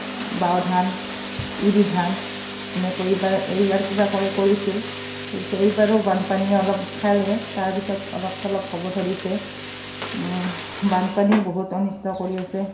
বাও ধান ইৰি ধান এনেকৈ এইবাৰ এইবাৰ কিবা কৰি কৰিছে কৰিছে এইবাৰো বানপানীয়ে অলপ খালে তাৰপিছত অলপ চলপ হ'ব ধৰিছে বানপানীয়ে বহুত অনিষ্ট কৰি আছে